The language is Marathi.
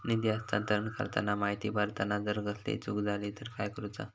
निधी हस्तांतरण करताना माहिती भरताना जर कसलीय चूक जाली तर काय करूचा?